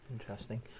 Interesting